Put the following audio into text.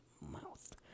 mouth